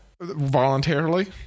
voluntarily